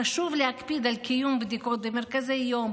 חשוב להקפיד על קיום בדיקות במרכזי יום,